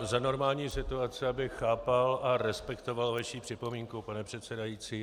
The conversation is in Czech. Za normální situace bych chápal a respektoval vaši připomínku, pane předsedající.